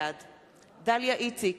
בעד דליה איציק,